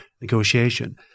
negotiation